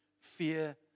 fear